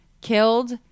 killed